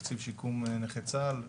תקציב שיקום נכי צה"ל,